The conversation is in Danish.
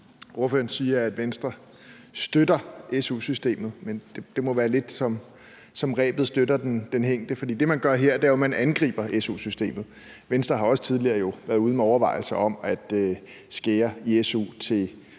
Ordføreren siger, at Venstre støtter su-systemet, men det må være lidt på samme måde, som rebet støtter den hængte, for det, man gør her, er jo, at man angriber su-systemet. Venstre har jo også tidligere været ude med overvejelser om at skære i su til